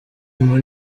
muri